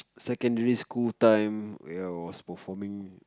secondary school time when I was performing